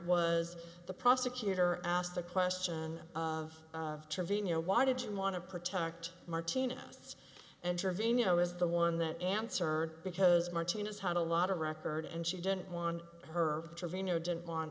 was the prosecutor asked the question of trevino why did you want to protect martina intervene you know is the one that answered because martinez had a lot of record and she didn't want her trevino didn't want